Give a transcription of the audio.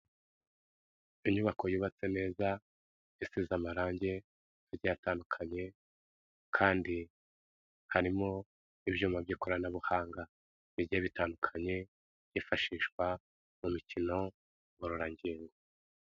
Inyubako yubatse neza isize amarange agiye atandukanye kandi harimo ibyuma by'ikoranabuhanga bigiye bitandukanye byifashishwa mu mikino ngororangingo.